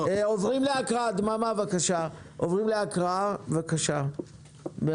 עוברים להקראה, בבקשה, מרב.